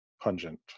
pungent